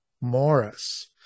Morris